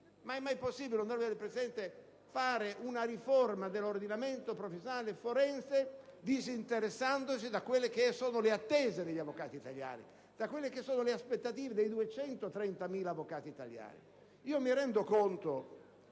Ma è mai possibile, onorevole Presidente, fare una riforma dell'ordinamento professionale forense disinteressandosi dalle attese degli avvocati italiani, dalle aspettative dei 230.000 avvocati italiani?